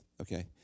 okay